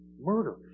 murder